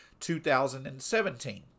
2017